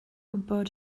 gwybod